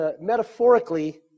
metaphorically